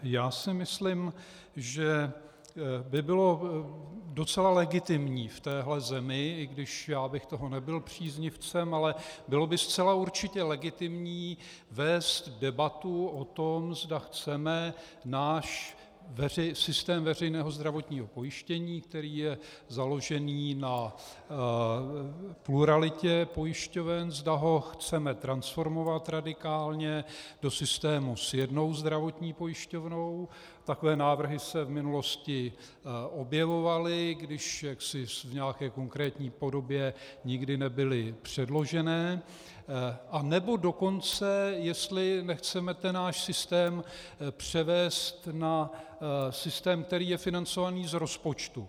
Já si myslím, že by bylo docela legitimní v téhle zemi, i když bych toho nebyl příznivcem, ale bylo by zcela určitě legitimní vést debatu o tom, zda chceme náš systém veřejného zdravotního pojištění, který je založený na pluralitě pojišťoven, zda ho chceme transformovat radikálně do systému s jednou zdravotní pojišťovnou, takové návrhy se v minulosti objevovaly, i když v nějaké konkrétní podobě nikdy nebyly předložené, anebo jestli dokonce nechceme ten náš systém převést na systém, který je financovaný z rozpočtu.